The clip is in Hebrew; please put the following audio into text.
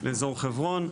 אזור חברון.